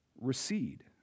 recede